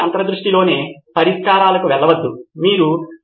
సిద్ధార్థ్ మాతురి ఇది మళ్ళీ ఈ నిర్వాహకుడిపై ఆధారపడి ఉంటుంది